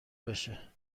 بشه